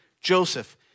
Joseph